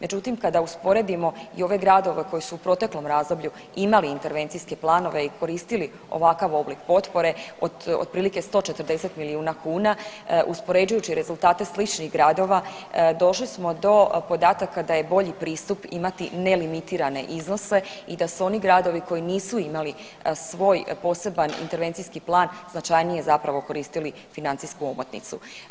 Međutim, kada usporedimo i ove gradove koji su u proteklom razdoblju imali intervencijske planove i koristili ovakav oblik potpore, otprilike 140 milijuna kuna uspoređujući rezultate sličnih gradova došli smo do podataka da je bolji pristup imati nelimitirane iznose i da su oni gradovi koji nisu imali svoj poseban intervencijski plan značajnije koristili financijsku omotnicu.